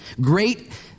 Great